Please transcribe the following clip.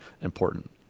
important